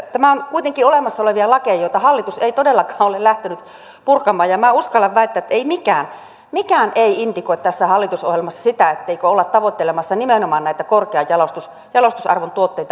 tämä on kuitenkin olemassa olevia lakeja joita hallitus ei todellakaan ole lähtenyt purkamaan ja minä uskallan väittää että mikään ei indikoi tässä hallitusohjelmassa sitä etteikö olla tavoittelemassa nimenomaan näitä korkean jalostusarvon tuotteita myöskin